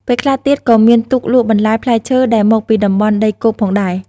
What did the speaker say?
ពេលខ្លះទៀតក៏មានទូកលក់បន្លែផ្លែឈើដែលមកពីតំបន់ដីគោកផងដែរ។